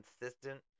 consistent